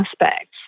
aspects